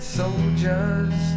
soldiers